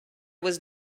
was